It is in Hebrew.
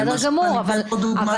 בסדר גמור, אבל